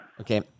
Okay